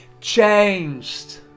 changed